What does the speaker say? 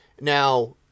Now